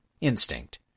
Instinct